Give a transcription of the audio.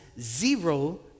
zero